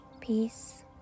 Peace